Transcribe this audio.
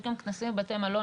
יש גם כנסים בבתי מלון,